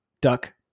duck